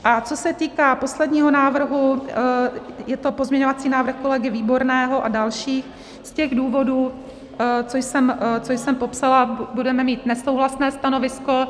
A co se týká posledního návrhu, je to pozměňovací návrh kolegy Výborného a dalších, z těch důvodů, co jsem popsala, budeme mít nesouhlasné stanovisko.